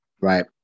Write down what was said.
Right